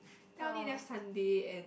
then I only left Sunday and